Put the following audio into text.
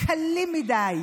קלים מדי,